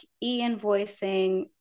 e-invoicing